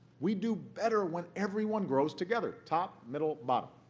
we do better when everyone grows together top, middle, bottom.